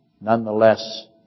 nonetheless